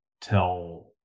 tell